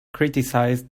criticized